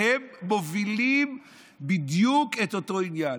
והם מובילים בדיוק את אותו עניין.